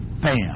bam